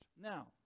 Now